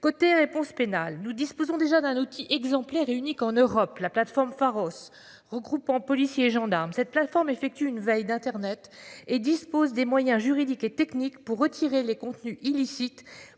côté réponse pénale. Nous disposons déjà d'un outil exemplaire et unique en Europe la plateforme Pharos regroupant, policiers et gendarmes. Cette plateforme effectue une veille d'Internet et disposent des moyens juridiques et techniques pour retirer les contenus illicites